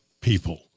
people